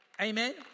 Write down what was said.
Amen